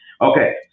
Okay